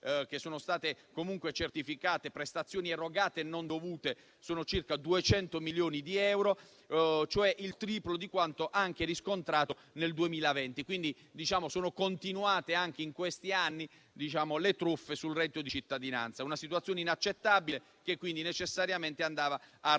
che sono state certificate, le prestazioni erogate non dovute sono state pari a circa 200 milioni di euro, cioè il triplo di quanto riscontrato nel 2020. Sono continuate anche in questi anni le truffe sul reddito di cittadinanza: una situazione inaccettabile che andava necessariamente arginata.